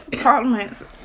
Parliament